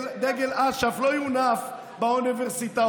דגל אש"ף לא יונף באוניברסיטאות.